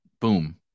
Boom